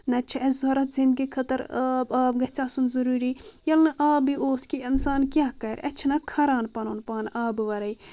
نتہٕ چھ اسہِ ضروٗرَت زندگی خٲطرٕ آب آب گژھِ آسُن ضروٗری ییٚلہِ نہٕ آبٕے اوس کہِ انسان کیٛاہ کرِ اتہِ چھِنہ کھران پنُن پان آبہٕ ورٲے